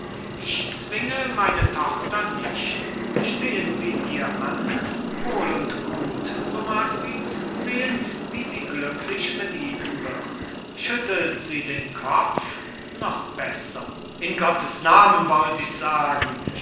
ich zwinge meine tochter nicht stehen sie ihr an wohl und gut so mag sie zusehen wie sie glücklich mit ihnen wird schüttelt sie den kopf noch besser in gottes namen wollt ich sagen so